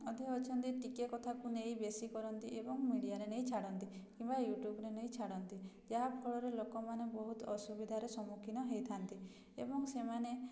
ଅଧେ ଅଛନ୍ତି ଟିକେ କଥାକୁ ନେଇ ବେଶୀ କରନ୍ତି ଏବଂ ମିଡ଼ିଆରେ ନେଇ ଛାଡ଼ନ୍ତି କିମ୍ବା ୟୁଟ୍ୟୁବ୍ରେ ନେଇ ଛାଡ଼ନ୍ତି ଯାହାଫଳରେ ଲୋକମାନେ ବହୁତ ଅସୁବିଧାର ସମ୍ମୁଖୀନ ହେଇଥାନ୍ତି ଏବଂ ସେମାନେ